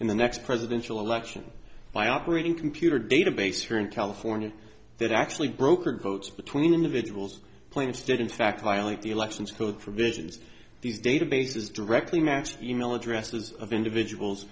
in the next presidential election by operating computer database here in california that actually brokered votes between individuals plaintiffs did in fact violate the elections code for vision's these databases directly mass email addresses of individuals